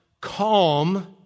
calm